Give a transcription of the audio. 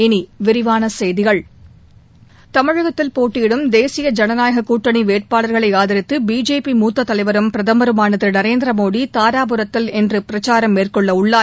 இனி விரிவான செய்திகள் தமிழகத்தில் போட்டியிடும் தேசிய ஜனநாயக கூட்டணி வேட்பாளர்களை ஆதரித்து பிஜேபி முத்தத் தலைவரும் பிரதமருமான திரு நரேந்திர மோடி தாராபுரத்தில் இன்று பிரச்சாரம் மேற்கொள்ள உள்ளார்